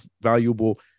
valuable